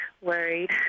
worried